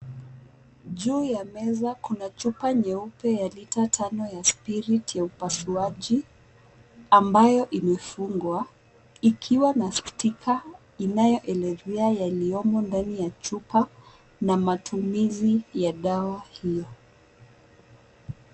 Juu ya meza kuna chupa nyeupe ya lita tano ya spirit ya upasuaji ambayo imefungwa ikiwa na sticker inayoelezea yaliyomo ndani ya chupa na matumizi ya dawa hiyo.